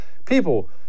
People